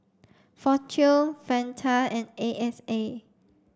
Fortune Fanta and A X A